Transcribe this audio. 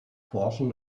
portion